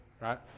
Right